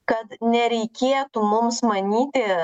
kad nereikėtų mums manyti